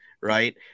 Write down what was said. Right